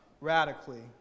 radically